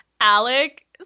Alec